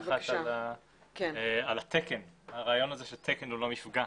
על הרעיון הזה שתקן הוא לא מפגע?